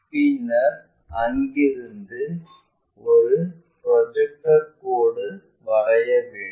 பின்னர் அங்கிருந்து ஒரு ப்ரொஜெக்டர் கோடு வரைய வேண்டும்